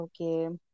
Okay